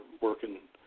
working